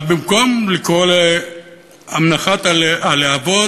ובמקום לקרוא להנמכת הלהבות,